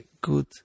good